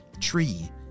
tree